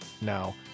now